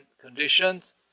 conditions